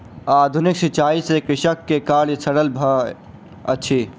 आधुनिक सिचाई से कृषक के कार्य सरल भेल अछि